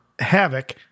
Havoc